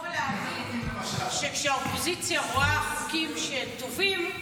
בניגוד אליכם --- לבוא ולהגיד שכשהאופוזיציה רואה חוקים שהם טובים,